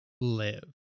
live